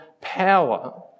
power